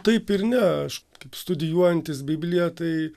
taip ir ne aš kaip studijuojantis bibliją tai